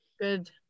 Good